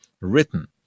written